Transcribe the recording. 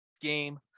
game